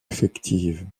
effective